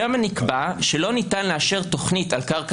שם נקבע שלא ניתן לאשר תוכנית על קרקע